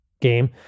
game